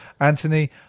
anthony